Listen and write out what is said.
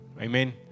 Amen